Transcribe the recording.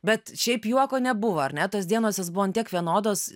bet šiaip juoko nebuvo ar ne tos dienos jos buvo ant tiek vienodos